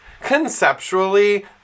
conceptually